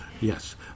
Yes